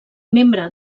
membre